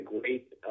great